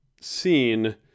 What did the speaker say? seen